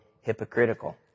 hypocritical